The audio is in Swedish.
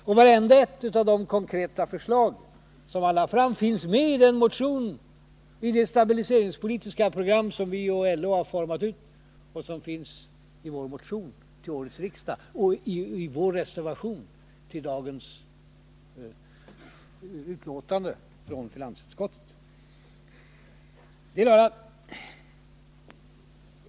Och varje konkret förslag som Gunnar Nilsson lade fram finns med i det stabiliseringspolitiska program som vi och LO har utformat och som finns med i vår motion till årets riksdag och i vår reservation 1 till det betänkande från finansutskottet som nu debatteras.